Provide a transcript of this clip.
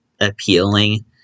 appealing